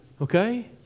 Okay